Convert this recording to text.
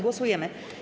Głosujemy.